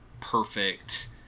perfect